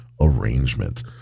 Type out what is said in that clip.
arrangement